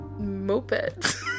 mopeds